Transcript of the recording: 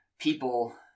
people